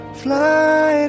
fly